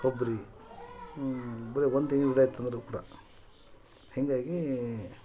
ಕೊಬ್ಬರಿ ಬರೀ ಒಂದು ತೆಂಗಿನ ಗಿಡ ಇತ್ತಂದರೂ ಕೂಡ ಹೀಗಾಗಿ